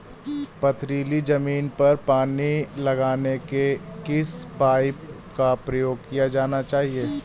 पथरीली ज़मीन पर पानी लगाने के किस पाइप का प्रयोग किया जाना चाहिए?